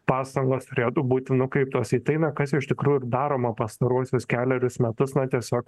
pastangos turėtų būti nukreiptos į tai na kas iš tikrųjų ir daroma pastaruosius kelerius metus na tiesiog